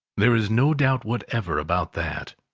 there is no doubt whatever about that.